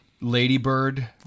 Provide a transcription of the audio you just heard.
Ladybird